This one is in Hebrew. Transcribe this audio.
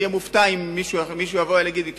אני אהיה מופתע אם מישהו יבוא אלי ויגיד לי: